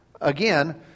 again